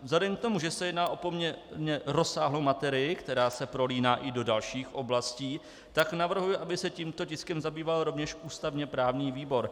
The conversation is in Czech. Vzhledem k tomu, že se jedná o poměrně rozsáhlou materii, která se prolíná i do dalších oblastí, navrhuji, aby se tímto tiskem zabýval rovněž ústavněprávní výbor.